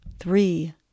Three